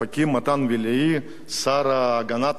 השר להגנת העורף הקודם.